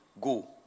go